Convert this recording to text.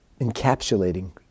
encapsulating